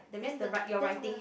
then the then the